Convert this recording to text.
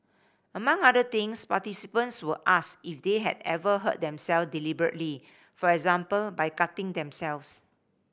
among other things participants were asked if they had ever hurt them self deliberately for example by cutting themselves